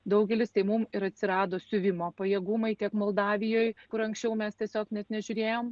daugelis tai mum ir atsirado siuvimo pajėgumai tiek moldavijoj kur anksčiau mes tiesiog net nežiūrėjom